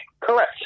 Correct